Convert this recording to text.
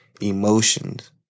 emotions